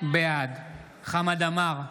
בעד חמד עמאר,